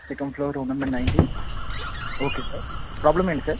second floor room number nineteen okay sir problem ఏంటి sir